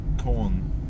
corn